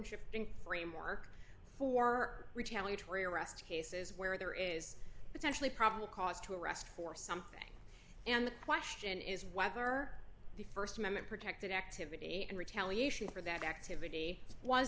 shifting framework for retaliatory arrest cases where there is potentially probable cause to arrest for something and the question is whether the st amendment protected activity and retaliation for that activity was